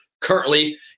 currently